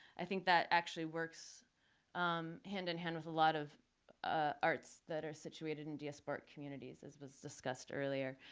i think that actually works hand-in-hand with a lot of ah arts that are situated in diasporic communities, as was discussed earlier.